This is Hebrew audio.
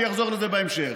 אני אחזור לזה בהמשך.